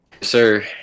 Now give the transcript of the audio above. Sir